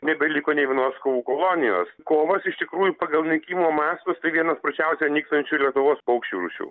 nebeliko nei vienos kovų kolonijos kovas iš tikrųjų pagal nykimo mastus tai viena sparčiausiai nykstančių lietuvos paukščių rūšių